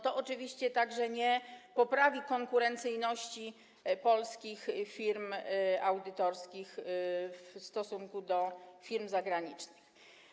To oczywiście także nie poprawi konkurencyjności polskich firm audytorskich w stosunku do firm zagranicznych.